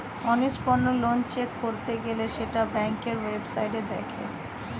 অনিষ্পন্ন loan check করতে গেলে সেটা ব্যাংকের ওয়েবসাইটে দেখে